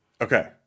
Okay